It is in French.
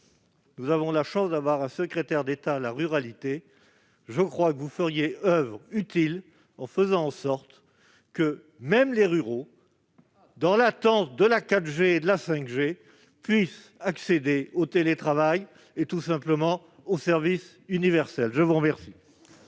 nous avons la chance d'avoir un secrétaire d'État chargé de la ruralité, je crois que vous feriez oeuvre utile en faisant en sorte que même les ruraux, dans l'attente de la 4G et de la 5G, puissent accéder au télétravail et, tout simplement, au service universel ! La parole